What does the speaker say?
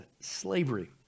slavery